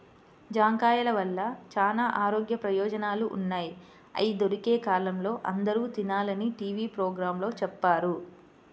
జాంకాయల వల్ల చానా ఆరోగ్య ప్రయోజనాలు ఉన్నయ్, అయ్యి దొరికే కాలంలో అందరూ తినాలని టీవీ పోగ్రాంలో చెప్పారు